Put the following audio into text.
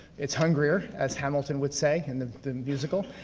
it's hungrier, as hamilton would say, in the the musical.